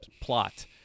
plot